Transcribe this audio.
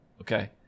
Okay